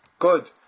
Good